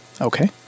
Okay